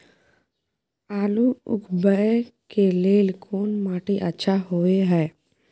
आलू उगाबै के लेल कोन माटी अच्छा होय है?